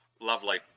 lovely